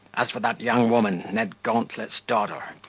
as for that young woman, ned gauntlet's daughter,